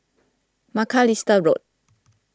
Macalister Road